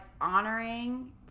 honoring